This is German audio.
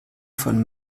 von